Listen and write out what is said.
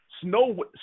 Snow